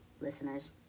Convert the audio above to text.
listeners